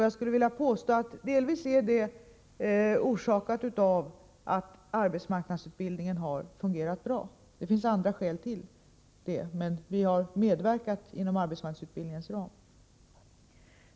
Jag skulle vilja påstå att det delvis är orsakat av att arbetsmarknadsutbildningen har fungerat bra — det finns också andra skäl till det, men vi har inom arbetsmarknadsutbildningens ram medverkat.